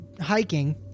hiking